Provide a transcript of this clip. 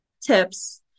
tips